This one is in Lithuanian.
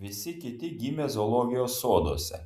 visi kiti gimę zoologijos soduose